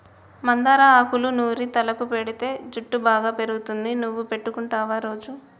మందార ఆకులూ నూరి తలకు పెటితే జుట్టు బాగా పెరుగుతుంది నువ్వు పెట్టుకుంటావా రోజా